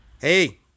Hey